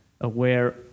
aware